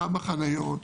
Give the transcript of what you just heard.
כמה חניות,